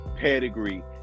pedigree